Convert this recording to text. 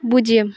பூஜ்ஜியம்